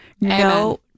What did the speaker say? no